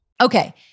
Okay